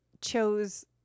chose